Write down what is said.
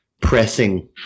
pressing